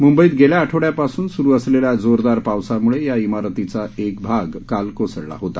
मुंबईत गेल्या आठवड्यापासून सुरू असलेल्या जोरदार पावसामुळे या ईमारतीचा एक भाग काल कोसळला होता